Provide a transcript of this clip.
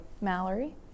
Mallory